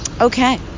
Okay